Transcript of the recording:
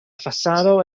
fasado